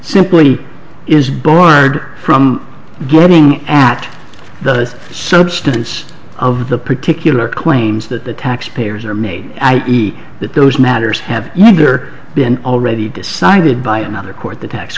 simply is barred from getting at the substance of the particular claims that the taxpayers are made but those matters have either been already decided by another court the tax